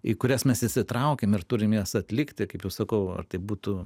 į kurias mes įsitraukiam ir turim jas atlikti kaip sakau ar tai būtų